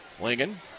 Lingen